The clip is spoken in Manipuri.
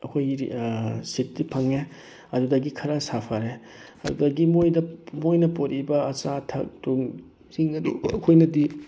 ꯑꯩꯈꯣꯏꯒꯤꯗꯤ ꯁꯤꯠꯇꯤ ꯐꯪꯉꯦ ꯑꯗꯨꯗꯒꯤ ꯈꯔ ꯁꯥꯐꯔꯦ ꯑꯗꯨꯗꯒꯤ ꯃꯣꯏꯗ ꯃꯣꯏꯅ ꯄꯨꯔꯛꯏꯕ ꯑꯆꯥ ꯑꯊꯛꯇꯨ ꯁꯤꯡ ꯑꯗꯨ ꯑꯩꯈꯣꯏꯅꯗꯤ